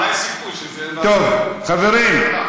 אולי יש סיכוי שזה, טוב, חברים.